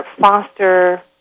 foster